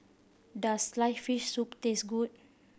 does sliced fish soup taste good